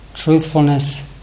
Truthfulness